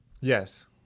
Yes